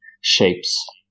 shapes